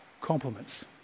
compliments